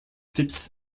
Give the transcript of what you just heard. fitz